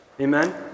amen